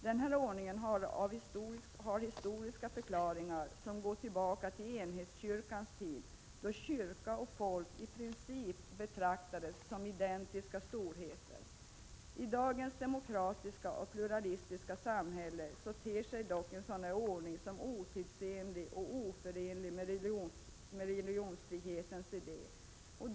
Den här ordningen har historiska förklaringar som går tillbaka till enhetskyrkans tid, då kyrka och folk i princip betraktades som identiska storheter. I dagens demokratiska och pluralistiska samhälle ter sig dock en sådan ordning otidsenlig och oförenlig med religionsfrihetens idé.